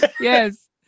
Yes